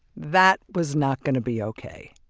that was not going to be okay